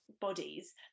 Bodies